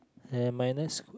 then minus